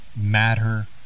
Matter